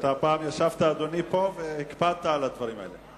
אתה פעם ישבת פה, אדוני, והקפדת על הדברים האלה.